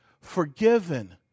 forgiven